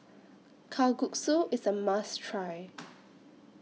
Kalguksu IS A must Try